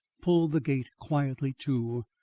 pulled the gate quietly to,